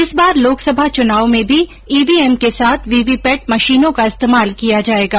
इस बार लोकसभा चुनाव में भी ईवीएम के साथ वीवीपेट मशीनों का इस्तेमाल किया जाएगा